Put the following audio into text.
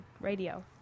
radio